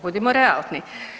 Budimo realni.